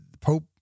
Pope